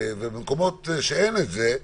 ובמקומות שאין את זה,